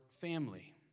family